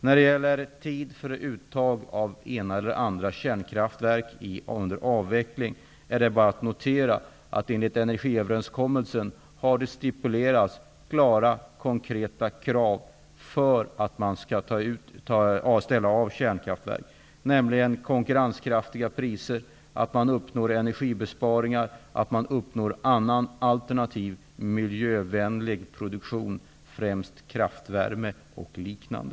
När det gäller tid för uttag av det ena eller andra kärnkraftverket under avvecklingen är det bara att notera att enligt energiöverenskommelsen har det stipulerats klara, konkreta krav för att man skall ställa av kärnkraftverk. Det krävs konkurrenskraftiga priser, att man uppnår energibesparingar, att man uppnår annan alternativ, miljövänlig produktion, främst kraftvärme och liknande.